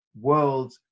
world